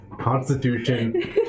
Constitution